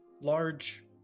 large